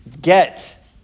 get